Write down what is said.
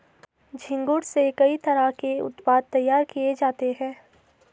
झींगुर से कई तरह के उत्पाद तैयार किये जाते है